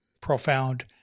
profound